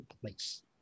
place